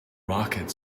rocket